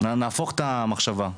נהפוך את המחשבה.